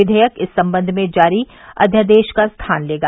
विधेयक इस संबंध में जारी अध्यादेश का स्थान लेगा